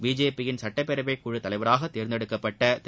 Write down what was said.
பிஜேபியின் சட்டப்பேரவைக் தலைவராக தேர்ந்தெடுக்கப்பட்ட ஒழுத திரு